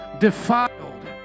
defiled